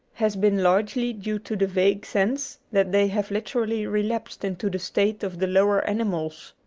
has been largely due to the vague sense that they have literally relapsed into the state of the lower animals.